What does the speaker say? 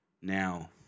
Now